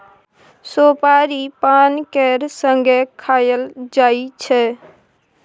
सोपारी पान केर संगे खाएल जाइ छै